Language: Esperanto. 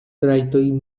trajtojn